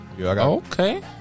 Okay